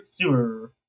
Sewer